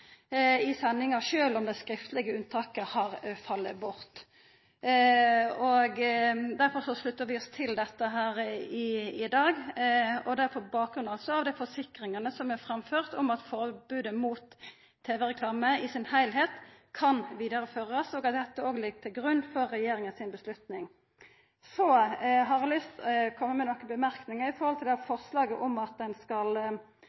i sendingar, sjølv om det skriftlege unntaket har falle bort. Derfor sluttar vi oss til dette her i dag. Det er på bakgrunn av dei forsikringane som er framførte om at forbodet mot tv-reklame i sin heilskap kan vidareførast, og at dette òg ligg til grunn for regjeringa si avgjerd. Så har eg lyst til å koma med nokre merknader om forslaget om at ein skal